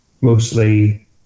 mostly